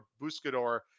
Buscador